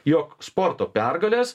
jog sporto pergalės